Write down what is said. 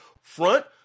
front